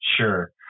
sure